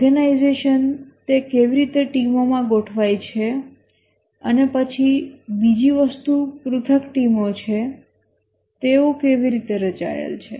organisation તે કેવી રીતે ટીમોમાં ગોઠવાય છે અને પછી બીજી વસ્તુ પૃથક ટીમો છે તેઓ કેવી રીતે રચાયેલ છે